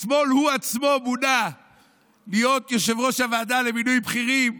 אתמול הוא עצמו מונה להיות יושב-ראש הוועדה למינוי בכירים,